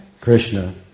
Krishna